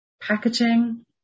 packaging